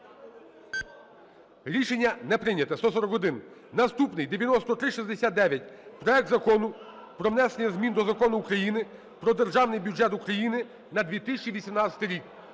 Рішення не прийнято – 141. Наступний. 9369: проект Закону про внесення змін до Закону України "Про Державний бюджет України на 2018 рік",